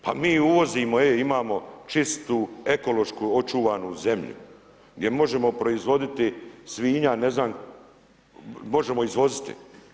Pa mi uvozimo, e, imamo čistu ekološku očuvanu zemlju, gdje možemo proizvoditi svinja, ne znam, možemo izvoziti.